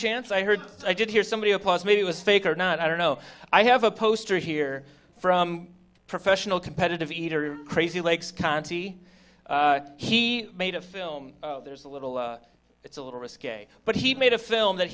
chance i heard i did hear somebody applause maybe it was fake or not i don't know i have a poster here from professional competitive eater crazy legs conti he made a film there's a little it's a little risque but he made a film that